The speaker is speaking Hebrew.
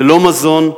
ללא מזון,